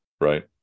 right